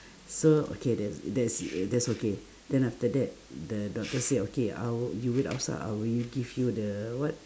so okay there's that's that's okay then after that the doctor say okay I will you wait outside I will give you the what